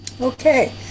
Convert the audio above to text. Okay